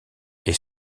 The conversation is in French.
est